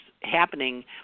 happening